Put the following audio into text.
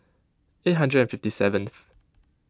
eight hundred and fifty seventh